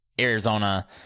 Arizona